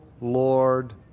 Lord